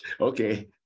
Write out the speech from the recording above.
Okay